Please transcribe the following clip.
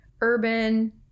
Urban